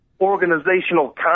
organizational